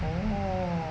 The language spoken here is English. oo